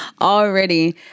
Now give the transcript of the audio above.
Already